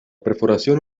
perforación